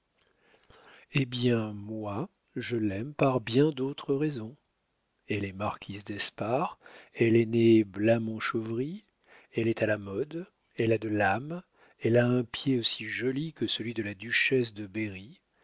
eh bien moi je l'aime par bien d'autres raisons elle est marquise d'espard elle est née blamont-chauvry elle est à la mode elle a de l'âme elle a un pied aussi joli que celui de la duchesse de berri